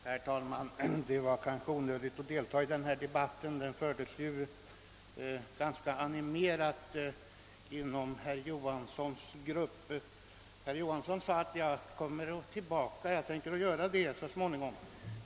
Herr talman! Det är kanske onödigt att jag deltar i den animerade debatt som här förts inom herr Johanssons i Växjö egen partigrupp. Herr Johansson sade att han så småningom skulle återkomma till saken i en motion.